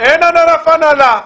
אין ענף הנעלה,